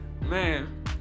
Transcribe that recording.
Man